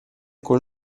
con